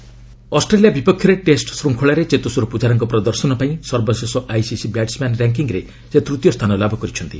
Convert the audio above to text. ICC ranking Australia ବିପକ୍ଷରେ test ଶୃଙ୍ଖଳାରେ ଚେତେଶ୍ୱର ପୂଜାରାଙ୍କ ପ୍ରଦର୍ଶନ ପାଇଁ ସର୍ବଶେଷ ଆଇସିସି ବ୍ୟାଟସ୍ମ୍ୟାନ୍ ର୍ୟାଙ୍କିଙ୍ଗ୍ରେ ସେ ତୃତୀୟ ସ୍ଥାନ ଲାଭ କରିଛନ୍ତି